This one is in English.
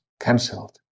cancelled